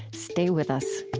stay with us